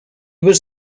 was